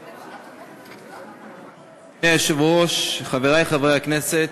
גברתי היושבת-ראש, חברי חברי הכנסת,